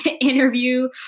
interview